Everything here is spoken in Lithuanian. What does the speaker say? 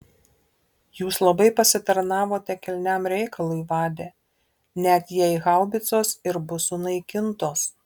jūs labai pasitarnavote kilniam reikalui vade net jei haubicos ir bus sunaikintos